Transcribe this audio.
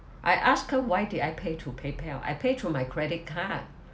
I ask her why did I pay through paypal I pay through my credit card